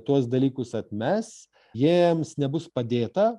tuos dalykus atmes jiems nebus padėta